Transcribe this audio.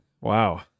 Wow